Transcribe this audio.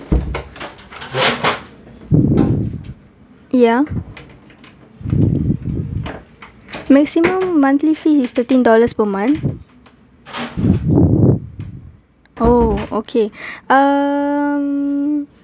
ya maximum monthly fee is thirteen dollars per month oh okay um